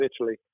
Italy